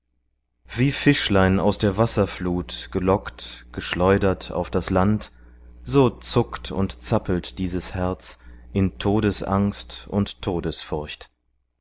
wie fischlein aus der wasserflut gelockt geschleudert auf das land so zuckt und zappelt dieses herz in todesangst und